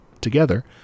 together